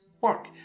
work